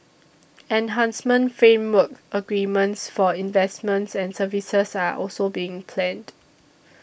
enhancement framework agreements for investments and services are also being planned